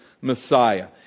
Messiah